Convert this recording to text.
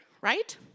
right